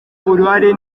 uruhare